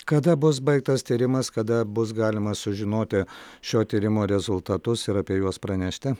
kada bus baigtas tyrimas kada bus galima sužinoti šio tyrimo rezultatus ir apie juos pranešti